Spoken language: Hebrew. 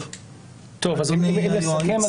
אני אסכם.